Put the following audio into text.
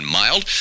mild